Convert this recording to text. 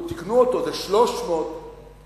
תיקנו אותו: זה 300 בשנה.